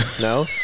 no